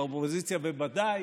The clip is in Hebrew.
באופוזיציה בוודאי.